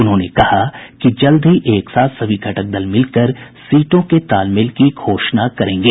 उन्होंने कहा कि जल्द ही एक साथ सभी घटक दल मिलकर सीटों के तालमेल की घोषणा करेंगे